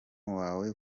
wawe